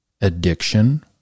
addiction